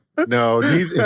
No